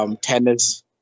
Tennis